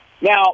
Now